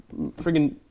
friggin